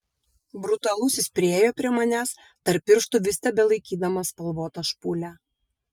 brutalusis priėjo prie manęs tarp pirštų vis dar tebelaikydamas spalvotą špūlę